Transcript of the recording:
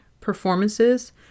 performances